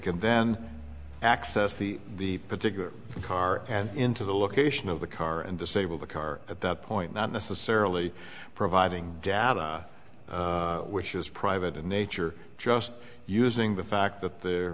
can then access the particular car and into the location of the car and disable the car at that point not necessarily providing data which is private in nature just using the fact that there